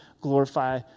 glorify